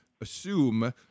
assume